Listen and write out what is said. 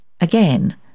Again